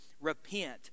repent